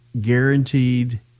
guaranteed